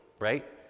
right